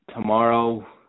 tomorrow